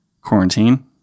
quarantine